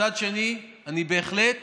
מצד שני, אני בהחלט